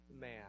man